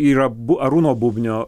yra bu arūno bubnio